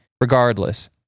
Regardless